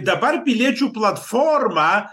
dabar piliečių platforma